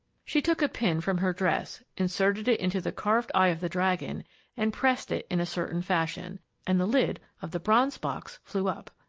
she took a pin from her dress, inserted it into the carved eye of the dragon and pressed it in a certain fashion and the lid of the bronze box flew up!